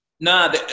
Nah